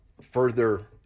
further